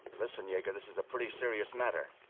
listen, yager, this is a pretty serious matter.